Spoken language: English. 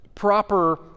Proper